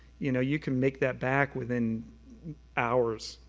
you know, you can make that back within hours,